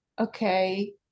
okay